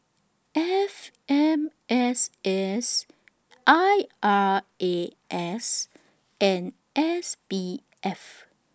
F M S S I R A S and S B F